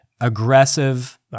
aggressive